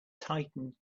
tightened